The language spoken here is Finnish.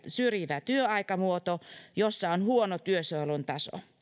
syrjivä työaikamuoto jossa on huono työsuojelun taso